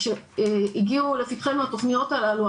כשהגיעו לפתחנו התכניות הללו,